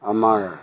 আমাৰ